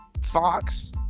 Fox